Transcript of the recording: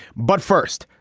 but first,